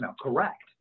correct